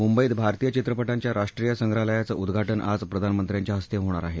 मुंबईत भारतीय चित्रप व्या राष्ट्रीय संग्रहालयाचं उद्घा ि आज प्रधानमंत्र्यांच्या हस्ते होणार आहे